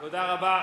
תודה, תודה רבה.